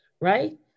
right